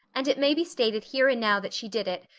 and it may be stated here and now that she did it,